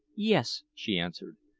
yes, she answered.